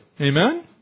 Amen